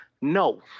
No